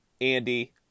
Andy